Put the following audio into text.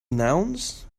nouns